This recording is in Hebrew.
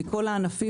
מבין כל המקצועות,